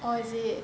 oh is it